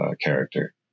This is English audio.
character